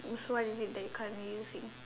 means what is it that you currently using